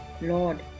Lord